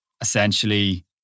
essentially